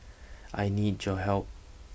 I need your help